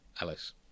Alice